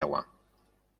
agua